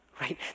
Right